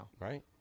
Right